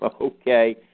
Okay